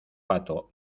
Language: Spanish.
pato